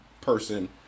person